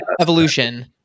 Evolution